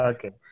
Okay